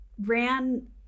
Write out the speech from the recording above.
ran